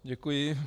Děkuji.